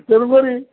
ତେଣୁକରି